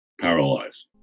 paralyzed